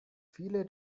viele